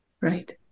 right